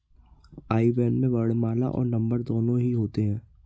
आई ban में वर्णमाला और नंबर दोनों ही होते हैं